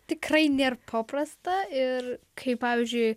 tikrai nėr paprasta ir kai pavyzdžiui